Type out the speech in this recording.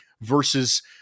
versus